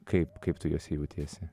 kaip kaip tu jose jautiesi